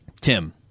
Tim